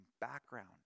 background